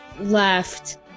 left